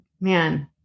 man